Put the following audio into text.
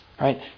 Right